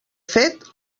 fet